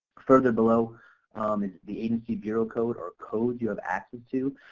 further below the agency bureau code or codes you have access to.